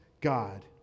God